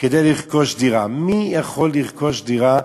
כדי לרכוש דירה, מי יכול לרכוש דירה?